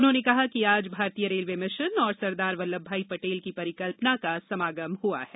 उन्होंने कहा कि आज भारतीय रेलवे मिशन और सरदार वल्लभभाई पटेल की परिकल्पना का समागम हुआ है